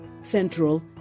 Central